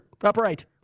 upright